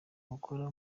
gukora